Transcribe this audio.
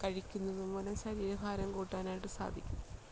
കഴിക്കുന്നതു മൂലം ശരീരഭാരം കൂട്ടാനായിട്ട് സാധിക്കും